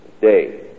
day